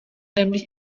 nämlich